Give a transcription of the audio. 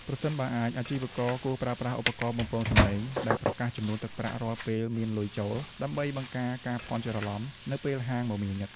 ប្រសិនបើអាច អាជីវករគួរប្រើប្រាស់ឧបករណ៍បំពងសំឡេងដែលប្រកាសចំនួនទឹកប្រាក់រាល់ពេលមានលុយចូល ដើម្បីបង្ការការភ័ន្តច្រឡំនៅពេលហាងមមាញឹក។